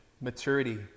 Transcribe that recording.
maturity